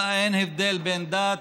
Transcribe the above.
אין הבדל בין דת,